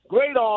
Great